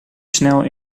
snel